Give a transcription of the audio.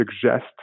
suggest